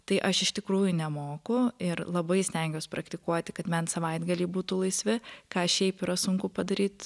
tai aš iš tikrųjų nemoku ir labai stengiuos praktikuoti kad bent savaitgaliai būtų laisvi ką šiaip yra sunku padaryt